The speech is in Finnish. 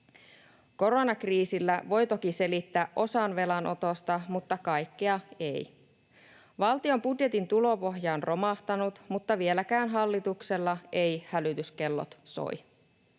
Koronakriisillä voi toki selittää osan velanotosta mutta kaikkea ei. Valtion budjetin tulopohja on romahtanut, mutta vieläkään hallituksella eivät hälytyskellot soi.